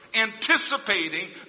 anticipating